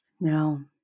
No